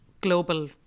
global